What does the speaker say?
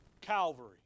Calvary